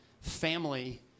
family